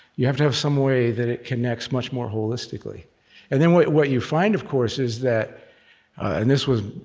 you have to have some way that it connects much more holistically and then, what what you find, of course, is that and this was,